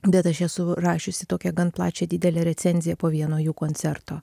bet aš esu rašiusi tokią gan plačią didelę recenziją po vieno jų koncerto